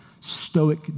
stoic